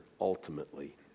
ultimately